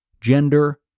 gender